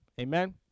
Amen